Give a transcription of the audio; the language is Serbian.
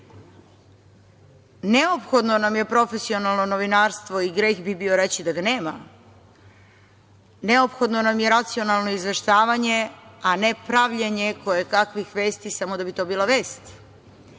REM.Neophodno nam je profesionalno novinarstvo i greh bi bio reći da ga nema, neophodno nam je racionalno izveštavanje, a ne pravljenje koje kakvih vesti samo da bi to bila vest.